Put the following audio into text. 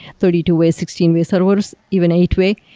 thirty two way sixteen way servers, even eight way.